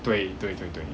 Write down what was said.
对对对对